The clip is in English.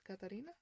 Katarina